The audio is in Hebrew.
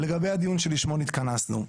ולגבי הדיון שלשמו התכנסנו,